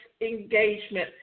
engagement